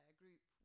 group